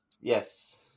Yes